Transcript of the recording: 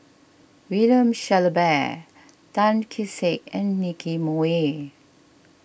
William Shellabear Tan Kee Sek and Nicky Moey